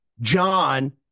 John